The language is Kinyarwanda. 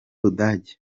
budage